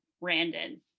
Brandon